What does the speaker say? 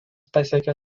pasiekė